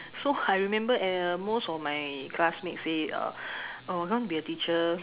so I remember uh most of my classmate say uh oh want to be a teacher